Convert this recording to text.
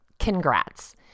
Congrats